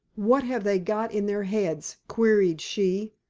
what have they got in their heads? queried she.